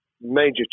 major